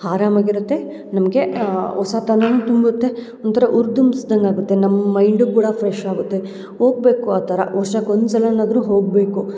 ಆರಾಮಾಗಿ ಇರುತ್ತೆ ನಮಗೆ ಹೊಸತನನು ತುಂಬುತ್ತೆ ಒಂಥರ ಉರ್ದುಂಬ್ಸ್ದಂಗೆ ಆಗುತ್ತೆ ನಮ್ಮ ಮೈಂಡು ಕೂಡ ಫ್ರೆಶ್ ಆಗುತ್ತೆ ಹೋಗ್ಬೇಕು ಆ ಥರ ವರ್ಷಕ್ಕೆ ಒಂದು ಸಲನಾದರು ಹೋಗಬೇಕು